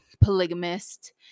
polygamist